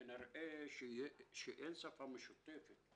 כנראה שאין שפה משותפת.